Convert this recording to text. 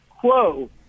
quo